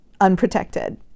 unprotected